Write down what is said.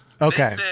okay